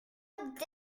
hombre